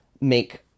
make